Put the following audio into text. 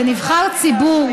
זה נבחר ציבור.